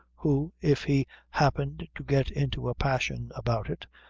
who, if he happened to get into a passion about it,